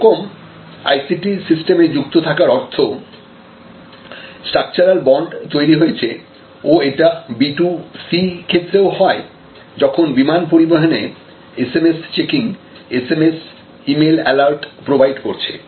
এইরকম এ ICT সিস্টেমে যুক্ত থাকার অর্থ স্ট্রাকচারাল বন্ড তৈরি হয়েছে ও এটা B2C ক্ষেত্রে ও হয় যখন বিমান পরিবহনে SMS checking SMS email alert provide করছে